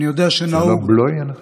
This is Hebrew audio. אני רוצה להשתתף בצער המשפחה